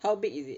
how big is it